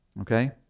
Okay